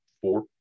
four